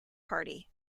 party